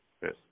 Yes